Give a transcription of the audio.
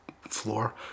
floor